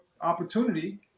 opportunity